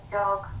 dog